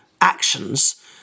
actions